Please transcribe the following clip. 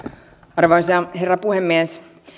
arvoisa herra puhemies